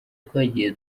twagiye